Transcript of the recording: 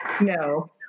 No